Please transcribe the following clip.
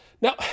Now